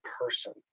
person